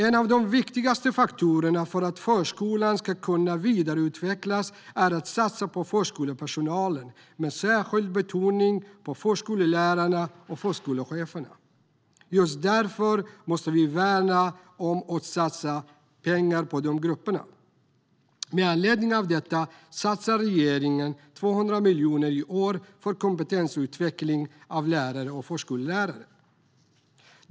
En av de viktigaste faktorerna för att förskolan ska kunna vidareutvecklas är att satsa på förskolepersonalen, med särskild betoning på förskollärarna och förskolecheferna. Just därför måste vi värna om och satsa pengar på dessa grupper. Med anledning av detta satsar regeringen 200 miljoner i år på kompetensutveckling av lärare och förskollärare.